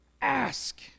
Ask